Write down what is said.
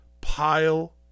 pile